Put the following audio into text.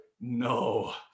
No